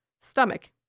stomach